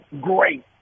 great